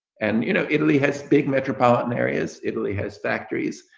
and you know italy has big metropolitan areas, italy has factories,